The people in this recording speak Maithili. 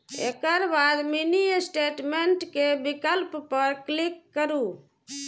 एकर बाद मिनी स्टेटमेंट के विकल्प पर क्लिक करू